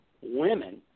women